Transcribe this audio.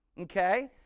Okay